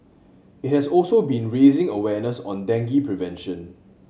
it has also been raising awareness on dengue prevention